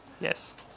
Yes